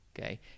okay